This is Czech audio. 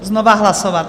Znova hlasovat.